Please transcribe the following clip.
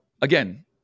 Again